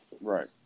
Right